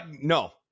no